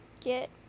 get